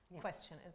question